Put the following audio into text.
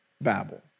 Babel